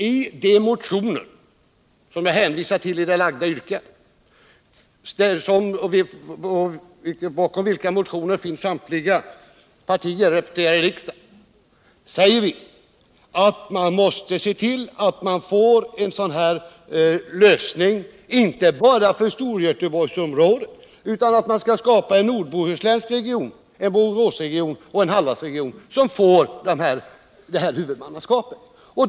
I de motioner som jag hänvisar till i det framlagda yrkandet — bakom dem står samtliga partier som är representerade i riksdagen — säger vi att man måste se till att man får till stånd en sådan här lösning inte bara för Storgöteborgsområdet, utan man bör också skapa en nordbohuslänsk region, en Boråsregion och en Hallandsregion som får sådant huvudmannaskap.